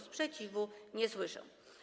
Sprzeciwu nie słyszę.